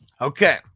Okay